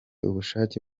ubushake